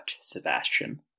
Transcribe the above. Sebastian